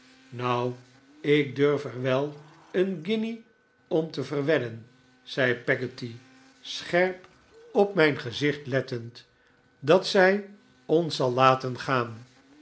nou ik durf er wel een guinje om ver wedden zei peggotty scherp op mijn gevoor het eerst van huis zicht lettend dat zij ons zal laten gaan